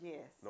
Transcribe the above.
Yes